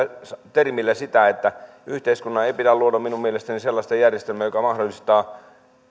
termillä oleilu sitä että yhteiskunnan ei pidä luoda minun mielestäni sellaista järjestelmää joka mahdollistaa